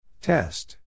Test